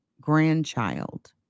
grandchild